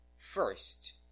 First